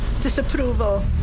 Disapproval